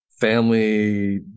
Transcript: family